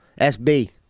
SB